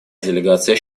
делегация